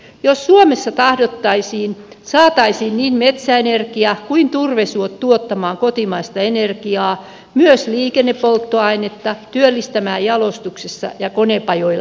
jos suomessa tahdottaisiin saataisiin niin metsäenergia kuin turvesuot tuottamaan kotimaista energiaa myös liikennepolttoainetta työllistämään jalostuksessa ja konepajoilla tuhansia